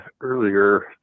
earlier